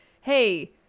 hey